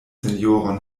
sinjoron